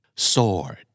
Sword